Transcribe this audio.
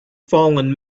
fallen